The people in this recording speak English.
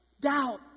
Doubt